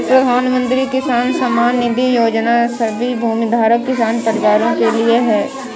प्रधानमंत्री किसान सम्मान निधि योजना सभी भूमिधारक किसान परिवारों के लिए है